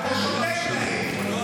אתה שותק להם.